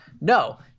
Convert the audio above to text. No